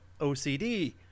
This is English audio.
OCD